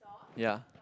ya